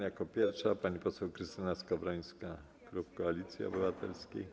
Jako pierwsza pani poseł Krystyna Skowrońska, klub Koalicji Obywatelskiej.